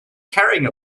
carrying